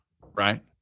right